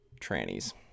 trannies